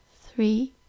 three